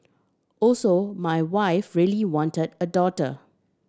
also my wife really wanted a daughter